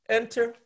enter